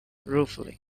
ruefully